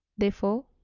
therefore,